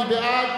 מי בעד?